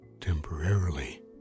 temporarily